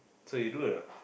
so you do or not